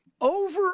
Over